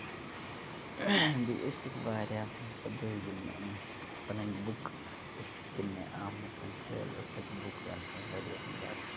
بیٚیہِ ٲسۍ تَتہِ واریاہ مطلب یِم پَنٕنۍ بُک أسۍ کٕننہِ آمٕتۍ سیل ٲسۍ تَتہِ بُکن ہنٛز واریاہ زیادٕ